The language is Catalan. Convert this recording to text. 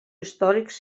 històrics